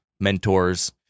mentors